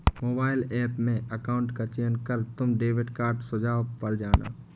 mobile app में account का चयन कर तुम डेबिट कार्ड सुझाव पर जाना